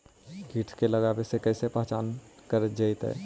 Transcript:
कीट के लगने पर कैसे पहचान कर जयतय?